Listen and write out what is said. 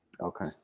Okay